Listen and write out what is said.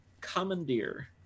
Commandeer